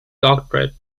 doctorate